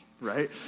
right